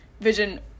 Vision